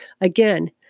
Again